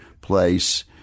place